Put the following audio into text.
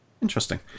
Interesting